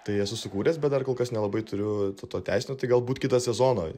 tai esu sukūręs bet dar kol kas nelabai turiu to to tęsinio tai galbūt kitą sezoną